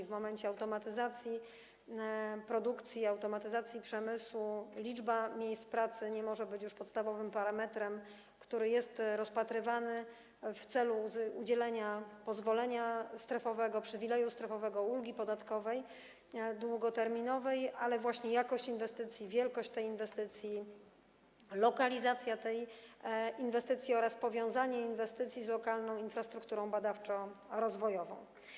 W przypadku automatyzacji produkcji, automatyzacji przemysłu liczba miejsc pracy nie może być już podstawowym parametrem, który jest rozpatrywany w celu udzielenia pozwolenia strefowego, przywileju strefowego, długoterminowej ulgi podatkowej, ale właśnie jakość inwestycji, wielkość tej inwestycji, lokalizacja tej inwestycji oraz powiązanie inwestycji z lokalną infrastrukturą badawczo-rozwojową.